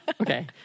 okay